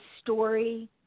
story